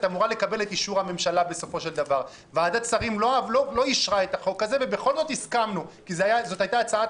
ממה שכבר העברנו בקריאה ראשונה, זה מבחינתי